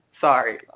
Sorry